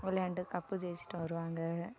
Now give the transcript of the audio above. விளையாண்டு கப்பு ஜெயிச்சுட்டு வருவாங்க